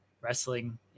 wrestling